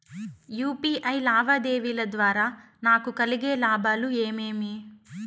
UPI లావాదేవీల ద్వారా నాకు కలిగే లాభాలు ఏమేమీ?